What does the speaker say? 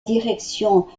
direction